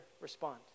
respond